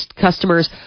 customers